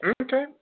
Okay